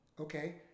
Okay